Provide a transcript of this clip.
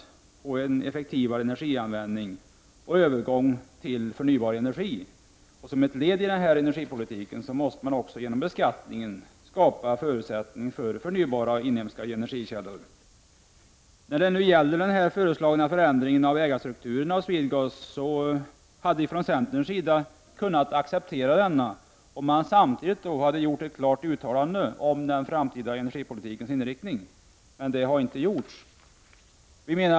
1989/90:132 vare energianvändning och övergång till förnybar energi. Som ett ledidenna 31 maj 1990 energipolitik måste man också genom beskattningen skapa förutsättning för | Vissa frågor rörande förnybara, inhemska energikällor. När det gäller den föreslagna förändringen av ägarstrukturen i SwedeGas OR vattenfallsveri hade vi från centern kunnat acceptera denna, om man samtidigt hade gjort ett klart uttalande om den framtida energipolitikens inriktning. Det har inte gjorts.